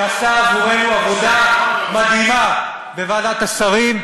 שעשה עבורנו עבודה מדהימה בוועדת השרים,